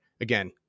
again